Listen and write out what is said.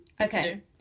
Okay